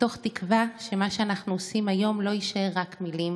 מתוך תקווה שמה שאנחנו עושים היום לא יישאר רק מילים